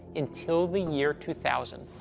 until the year two thousand.